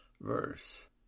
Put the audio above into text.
verse